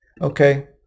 Okay